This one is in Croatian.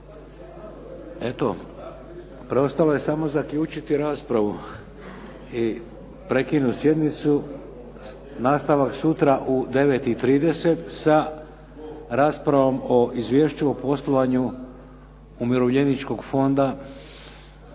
Eto preostalo je samo zaključiti raspravu i prekinuti sjednicu. Nastavak u 9,30 sa raspravom o Izvješću o poslovanju umirovljeničkog fonda